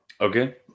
Okay